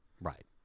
Right